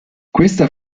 questa